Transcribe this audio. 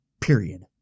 period